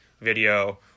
video